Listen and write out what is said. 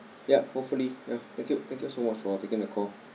yup hopefully ya thank you thank you so much for taking the call